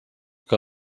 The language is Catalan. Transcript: que